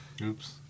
Oops